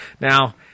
Now